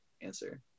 answer